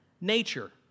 nature